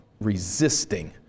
resisting